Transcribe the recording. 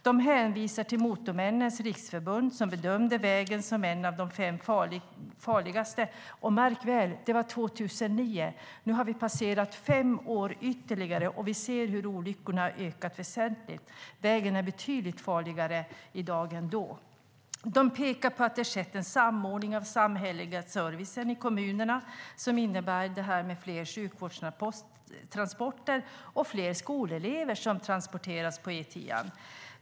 De hänvisar till Motormännens Riksförbund som bedömde vägen som en av de fem farligaste, och, märk väl, det var 2009. Nu har ytterligare fem år passerat, och vi ser hur antalet olyckor har ökat väsentligt. Vägen är betydligt farligare i dag än då. De pekar på att det har skett en samordning av samhällsservicen i kommunerna som innebär fler sjukvårdstransporter och fler skolelever som transporteras på E10:an.